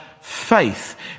faith